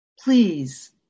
Please